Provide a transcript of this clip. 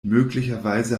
möglicherweise